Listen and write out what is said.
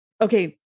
Okay